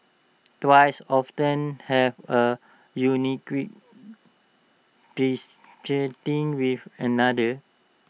twins often have A unique with another